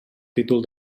títol